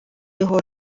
його